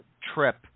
trip